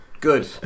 Good